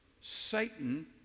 Satan